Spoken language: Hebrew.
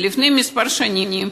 לפני כמה שנים,